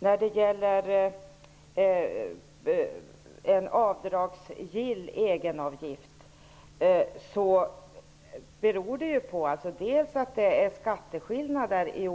När det gäller den avdragsgilla egenavgiften gör skatteskillnaderna i